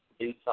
Inside